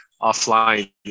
offline